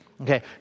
Okay